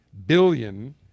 billion